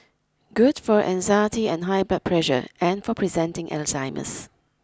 good for anxiety and high blood pressure and for preventing Alzheimer's